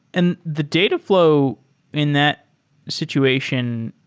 and the data flow in that situation,